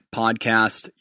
podcast